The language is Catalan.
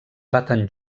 baten